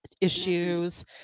issues